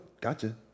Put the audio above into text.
Gotcha